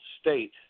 state